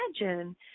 imagine